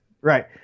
Right